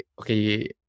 okay